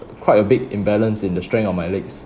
quite a big imbalance in the strength on my legs